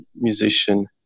musician